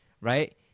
right